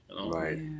Right